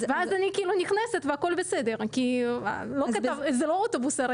ואז אני נכנסת והכל בסדר כי לא כתבתם את זה וזה לא אוטובוס,